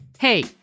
Hey